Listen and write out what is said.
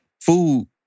Food